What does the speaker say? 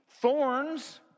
Thorns